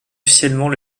officiellement